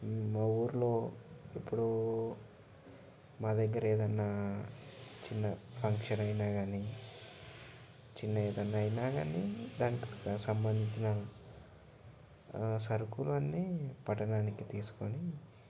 మా ఊర్లో ఇప్పుడు మా దగ్గర ఏదైనా చిన్న ఫంక్షన్ అయినా కానీ చిన్న ఏదైనా అయినా కానీ దానికి సంబంధించిన ఆ సరుకులు అన్ని పట్టణానికి తీసుకోని